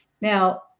Now